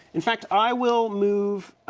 in fact, i will move,